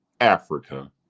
Africa